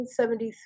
1973